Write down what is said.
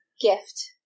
gift